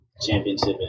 Championship